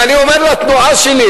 ואני אומר לתנועה שלי,